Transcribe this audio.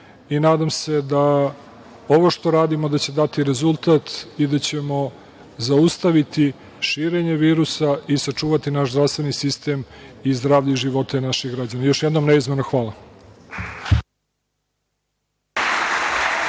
i nadam se da ovo što radimo da će dati rezultat i da ćemo zaustaviti širenje virusa i sačuvati naš zdravstveni sistem i zdravlje i živote naših građana. Još jednom neizmerno hvala.